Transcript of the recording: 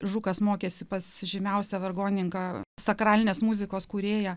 žukas mokėsi pas žymiausią vargonininką sakralinės muzikos kūrėją